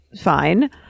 fine